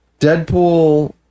Deadpool